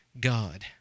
God